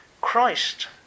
Christ